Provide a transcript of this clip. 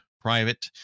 Private